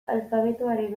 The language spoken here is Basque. alfabetoaren